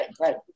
right